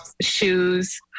shoes